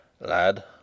Lad